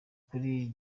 kuri